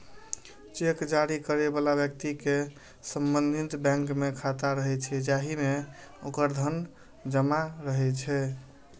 cheque जारी करै बला व्यक्ति के संबंधित बैंक मे खाता रहै छै, जाहि मे ओकर धन जमा रहै छै